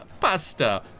pasta